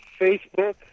Facebook